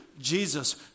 Jesus